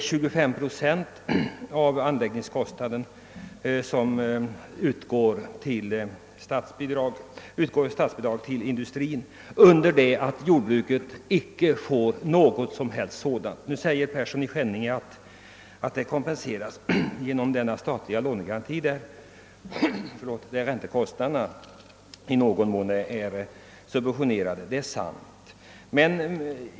Statsbidrag skall nämligen kunna utgå till industrin med 25 procent av anläggningskostnaden, under det att jordbruket föreslås icke få något som helst statsbidrag. Herr Persson i Skänninge sade att detta kompenseras av den statliga lånegarantin med dess i någon mån lägre räntesats än övriga lån.